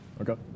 Okay